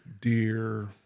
deer